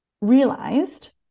realized